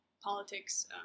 politics